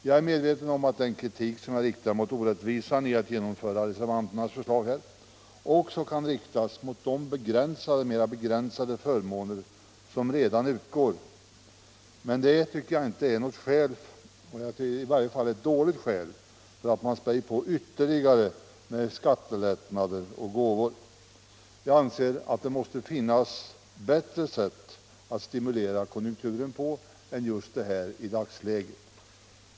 Jag är medveten om att den kritik som riktats mot de orättvisor som ligger i att genomföra reservanternas förslag också kan riktas mot de mera begränsade förmåner som redan utgår, men det är inget skäl eller i varje fall ett dåligt skäl för att späda på ytterligare med skattelättnader och gåvor. Jag anser att det måste finnas bättre sätt att stimulera konjunkturen i dagsläget än just detta.